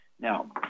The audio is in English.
Now